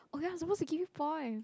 okay I suppose to give you point